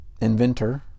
inventor